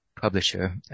publisher